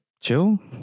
chill